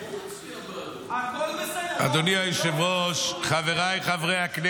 מה לעשות שבחרתם ראש ממשלה שנאשם בפלילים?